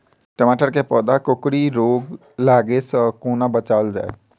टमाटर केँ पौधा केँ कोकरी रोग लागै सऽ कोना बचाएल जाएँ?